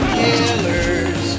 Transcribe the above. killers